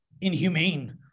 inhumane